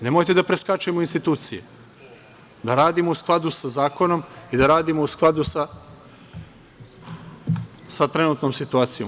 Nemojte da preskačemo institucije, da radimo u skladu sa zakonom i da radimo u skladu sa trenutnom situacijom.